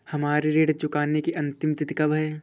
हमारी ऋण चुकाने की अंतिम तिथि कब है?